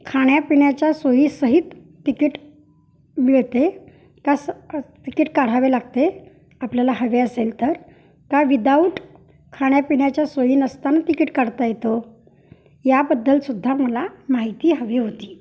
खाण्यापिण्याच्या सोयीसहित तिकीट मिळते का स तिकीट काढावे लागते आपल्याला हवे असेल तर का विदाऊट खाण्यापिण्याच्या सोयी नसताना तिकीट काढता येतं याबद्दल सुद्धा मला माहिती हवी होती